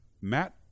Matt